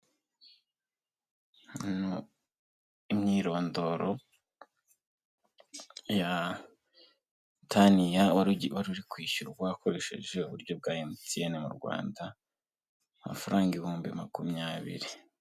Imyirondoro ya Tania, wari uri kwishyurwa akoresheje uburyo bwa emutiyene mu Rwanda amafaranga ibihumbi makumyabiri .